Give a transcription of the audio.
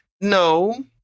No